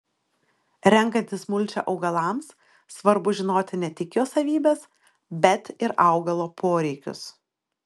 renkantis mulčią augalams svarbu žinoti ne tik jo savybes bet ir augalo poreikius